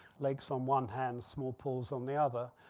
lakes on one hand, small pools on the other,